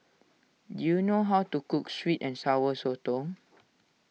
do you know how to cook Sweet and Sour Sotong